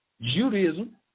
Judaism